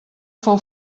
fou